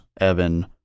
Evan